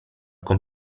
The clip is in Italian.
con